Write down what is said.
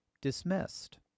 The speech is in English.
dismissed